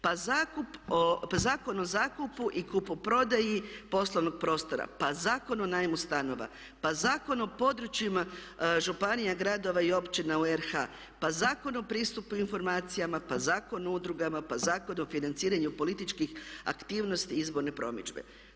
Pa Zakon o zakupu i kupoprodaji poslovnog prostora, pa Zakon o najmu stanova, pa Zakon o područjima županija, gradova i općina u RH, pa Zakon o pristupu o informacijama, pa Zakon o udrugama, pa Zakon o financiranju političkih aktivnosti i izborne promidžbe.